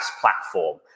platform